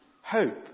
hope